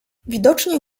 widocznie